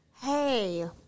Hey